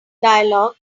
dialog